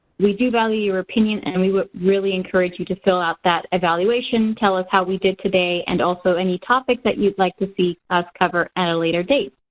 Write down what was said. we do value your opinion and we we really encourage you to fill out that evaluation, tell us how we did today and also any topics that you'd like to see us cover at a later date.